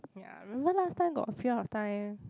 ya remember last time got period of time